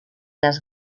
les